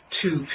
two